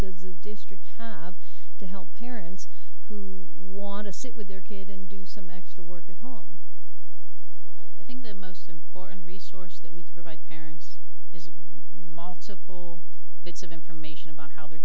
the district have to help parents who want to sit with their kid and do some extra work at home i think the most important resource that we provide parents is multiple bits of information about how their